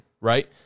right